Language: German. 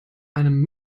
einem